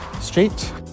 street